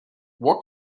what